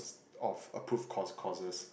of approved course courses